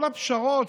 כל הפשרות,